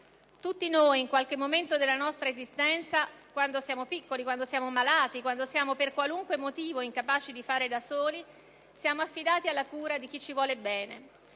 Tutti noi, in qualche momento della nostra esistenza, da piccoli, quando siamo malati o quando siamo per qualunque motivo incapaci di fare da soli, siamo affidati alla cura di chi ci vuole bene.